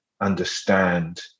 understand